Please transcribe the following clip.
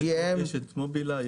יש "מובילאיי",